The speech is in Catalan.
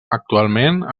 actualment